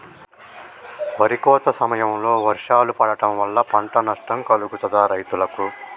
వరి కోత సమయంలో వర్షాలు పడటం వల్ల పంట నష్టం కలుగుతదా రైతులకు?